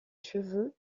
cheveux